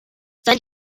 sein